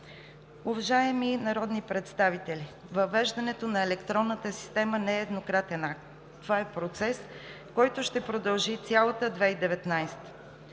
Уважаеми народни представители, въвеждането на електронната система не е еднократен акт, това е процес, който ще продължи цялата 2019